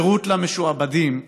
חירות למשועבדים,